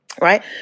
right